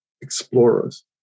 explorers